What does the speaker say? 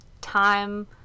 time